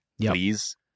Please